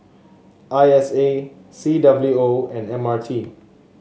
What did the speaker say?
I S A C W O and M R T